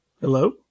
Hello